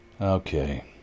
Okay